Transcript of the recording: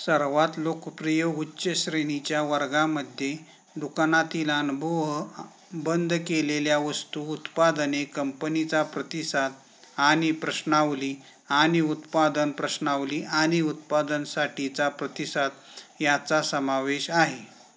सर्वात लोकप्रिय उच्चश्रेणीच्या वर्गांमध्ये दुकानातील अनुभव बंद केलेल्या वस्तू उत्पादने कंपनीचा प्रतिसाद आणि प्रश्नावली आणि उत्पादन प्रश्नावली आणि उत्पादनसाठीचा प्रतिसाद याचा समावेश आहे